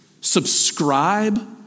subscribe